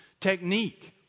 technique